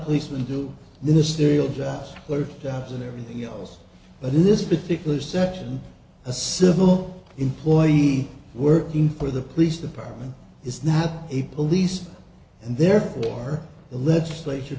policemen do ministerial jobs or jobs and everything else but in this particular section a civil employee working for the police department is not a police and therefore the legislature